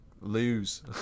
lose